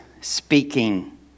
speaking